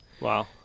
Wow